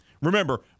Remember